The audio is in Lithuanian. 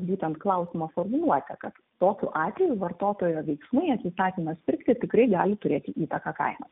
būtent klausimo formuluotę kad tokiu atveju vartotojo veiksmai atsisakymas pirkti tikrai gali turėti įtaką kainom